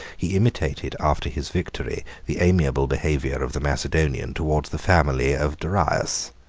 he imitated, after his victory, the amiable behavior of the macedonian towards the family of darius.